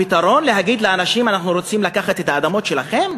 הפתרון הוא להגיד לאנשים "אנחנו רוצים לקחת את האדמות שלכם"?